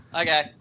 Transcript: Okay